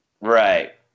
Right